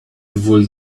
would